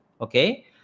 okay